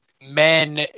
men